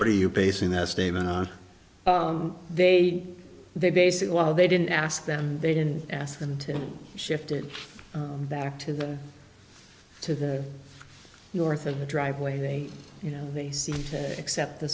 pretty you're basing that statement on they they basically while they didn't ask them they didn't ask them to shift it back to the to the north and the driveway they you know they seem to accept the